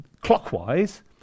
clockwise